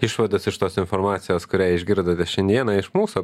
išvadas iš tos informacijos kurią išgirdote šiandieną iš mūsų